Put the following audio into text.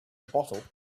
bottle